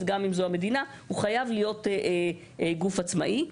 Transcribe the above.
הוא חייב להיות גוף עצמאי.